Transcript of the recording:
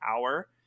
hour